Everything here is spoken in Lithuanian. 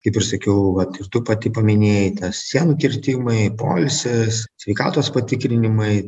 kaip ir sakiau vat ir tu pati paminėjai tie sienų kirtimai poilsis sveikatos patikrinimai